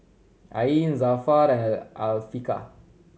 Ain Zafran and Afiqah